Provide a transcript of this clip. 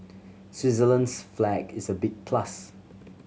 Switzerland's flag is a big plus